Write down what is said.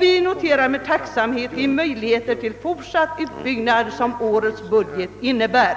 Vi noterar med tacksamhet de möjligheter som årets budget ger för en fortsatt utbyggnad.